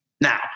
Now